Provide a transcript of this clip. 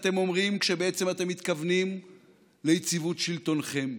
אתם אומרים, כשבעצם אתם מתכוונים ליציבות שלטונכם,